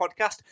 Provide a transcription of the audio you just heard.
podcast